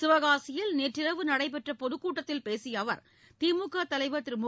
சிவகாசியில் நேற்றிரவு நடைபெற்ற பொதுக்கூட்டத்தில் பேசிய அவர் திமுக தலைவர் திரு மு